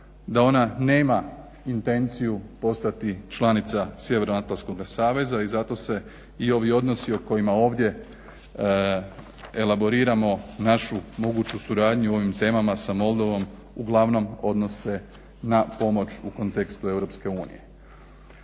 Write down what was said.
da ona nema intenciju postati članica Sjevernoatlantskoga saveza i zato se i ovi odnosi o kojima ovdje elaboriramo našu moguću suradnju ovim temama sa Moldovom uglavnom odnose na pomoć u kontekstu EU.